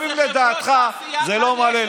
גם אם לדעתך זה לא מלא,